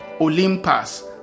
Olympus